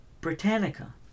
Britannica